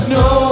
no